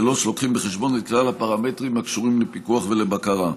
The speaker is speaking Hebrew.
ללא שמביאים בחשבון את כלל הפרמטרים הקשורים לפיקוח ולבקרה.